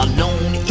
Alone